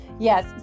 Yes